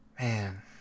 Man